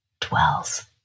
dwells